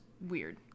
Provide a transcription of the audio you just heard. weird